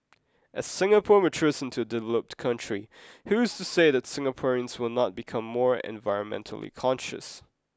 as Singapore matures into a developed country who is to say that Singaporeans will not become more environmentally conscious